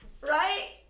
Right